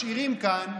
משאירים כאן,